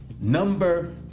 number